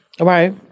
Right